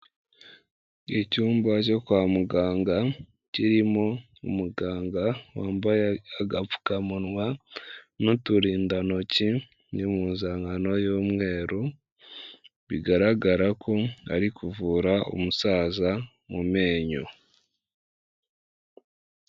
Icyumba cyo kwa muganga, kirimo umuganga wambaye agapfukamunwa n'uturindantoki n'impuzankano y'umweru, bigaragara ko ari kuvura umusaza mu menyo.